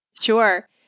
Sure